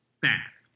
Fast